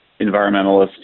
environmentalist